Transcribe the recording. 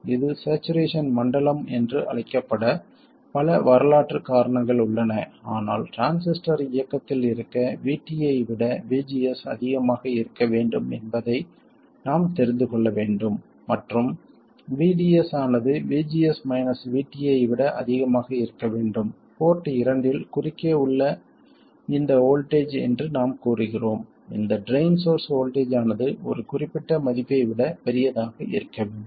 இது சேச்சுரேசன் மண்டலம் என்று அழைக்கப்பட பல வரலாற்று காரணங்கள் உள்ளன ஆனால் டிரான்சிஸ்டர் இயக்கத்தில் இருக்க VT ஐ விட VGS அதிகமாக இருக்க வேண்டும் என்பதை நாம் தெரிந்து கொள்ள வேண்டும் மற்றும் VDS ஆனது VGS மைனஸ் VT ஐ விட அதிகமாக இருக்க வேண்டும் போர்ட் இரண்டில் குறுக்கே உள்ள இந்த வோல்ட்டேஜ் என்று நாம் கூறுகிறோம் இந்த ட்ரைன் சோர்ஸ் வோல்ட்டேஜ் ஆனது ஒரு குறிப்பிட்ட மதிப்பை விட பெரியதாக இருக்க வேண்டும்